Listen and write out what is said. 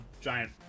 giant